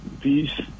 peace